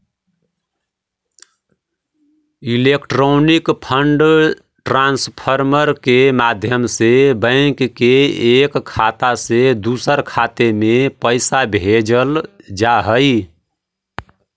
electronic fund transfer के माध्यम से बैंक के एक खाता से दूसर खाते में पैइसा भेजल जा हइ